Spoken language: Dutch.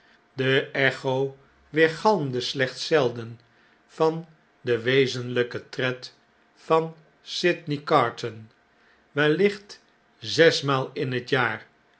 de echo weergalmde slechts zelden van den wezenlijken tred van sydney carton wellicht zesmaal in het jaar